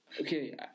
okay